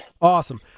awesome